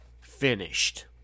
finished